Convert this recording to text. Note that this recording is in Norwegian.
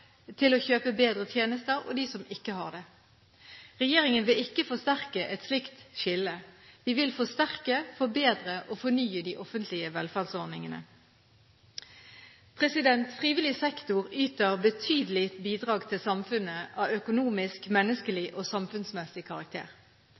til å kjøpe bedre tjenester, og dem som ikke har det. Regjeringen vil ikke forsterke et slikt skille. Vi vil forsterke, forbedre og fornye de offentlige velferdsordningene. Frivillig sektor yter betydelige bidrag til samfunnet av økonomisk, menneskelig